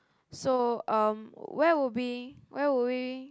so um where would be where would we